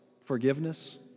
forgiveness